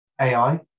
AI